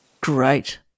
Great